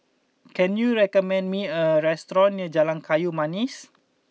can you recommend me a restaurant near Jalan Kayu Manis